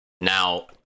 now